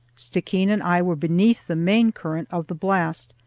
stickeen and i were beneath the main current of the blast,